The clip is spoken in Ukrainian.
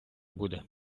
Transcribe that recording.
буде